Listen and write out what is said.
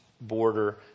border